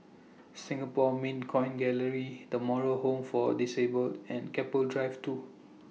Singapore Mint Coin Gallery The Moral Home For Disabled and Keppel Drive two